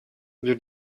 you